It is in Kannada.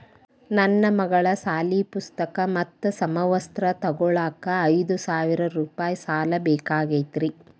ನನ್ನ ಮಗಳ ಸಾಲಿ ಪುಸ್ತಕ್ ಮತ್ತ ಸಮವಸ್ತ್ರ ತೊಗೋಳಾಕ್ ಐದು ಸಾವಿರ ರೂಪಾಯಿ ಸಾಲ ಬೇಕಾಗೈತ್ರಿ